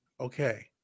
Okay